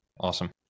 awesome